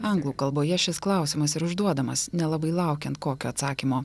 anglų kalboje šis klausimas ir užduodamas nelabai laukiant kokio atsakymo